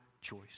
choice